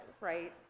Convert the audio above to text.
right